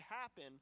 happen